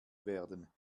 werden